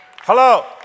Hello